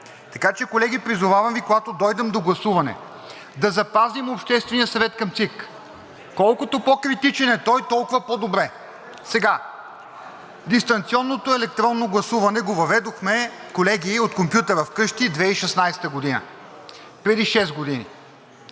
Така че, колеги, призовавам Ви, когато дойдем до гласуване, да запазим Обществения съвет към ЦИК – колкото по-критичен е той, толкова по-добре! Дистанционното електронно гласуване го въведохме, колеги, от компютъра вкъщи 2016 г., преди шест години.